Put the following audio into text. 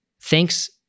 thanks